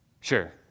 Sure